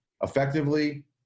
effectively